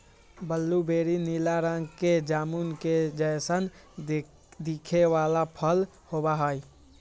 blueberry नीला रंग के जामुन के जैसन दिखे वाला फल होबा हई